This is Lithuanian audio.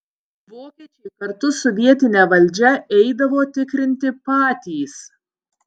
vokiečiai kartu su vietine valdžia eidavo tikrinti patys